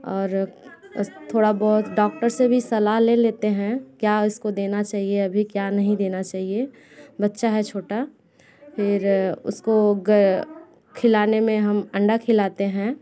और थोड़ा बहुत डॉक्टर से भी सलाह ले लेते हैं क्या इसको देना चाहिए अभी क्या नहीं देना चाहिए बच्चा है छोटा फिर उसको खिलाने में हम अंडा खिलाते हैं